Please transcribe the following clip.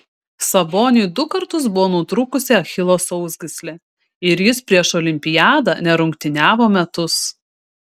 saboniui du kartus buvo nutrūkusi achilo sausgyslė ir jis prieš olimpiadą nerungtyniavo metus